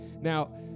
Now